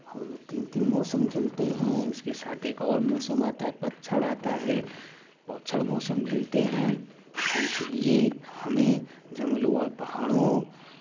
हमलोग तीन तीन मौसम झेलते हैं इसके साथ एक और मौसम आता है पतझड़ आता है पतझड़ मौसम झेलते हैं तो इसीलिए हमें जंगलों और पहाड़ों